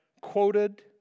quoted